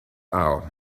hour